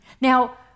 Now